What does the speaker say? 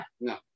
no